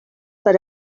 per